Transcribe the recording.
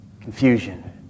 confusion